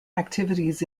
activities